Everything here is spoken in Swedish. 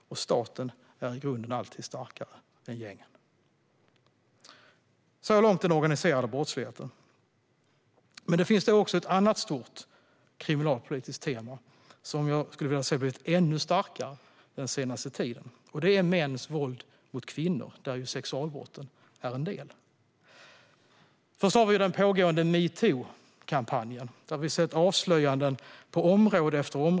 Staten är i grunden alltid starkare än gängen. Så långt den organiserade brottsligheten, men det finns också ett annat stort kriminalpolitiskt tema, som blivit än starkare den senaste tiden. Det är mäns våld mot kvinnor, där sexualbrotten är en del. Vi har den pågående metoo-kampanjen, där vi sett avslöjanden på område efter område.